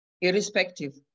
Irrespective